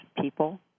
people